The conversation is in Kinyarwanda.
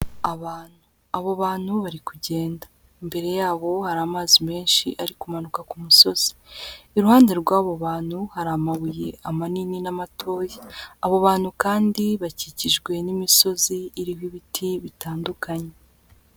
Abantu, abo bantu bari kugenda, imbere yabo hari amazi menshi ari kumanuka ku musozi, iruhande rw'abo bantu hari amabuye amanini n'amatoya, abo bantu kandi bakikijwe n'imisozi iriho ibiti bitandukanye.